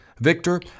Victor